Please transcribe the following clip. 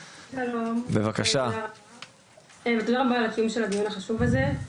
שלום, תודה רבה על הקיום של הדיון החשוב הזה.